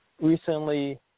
recently